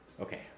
Okay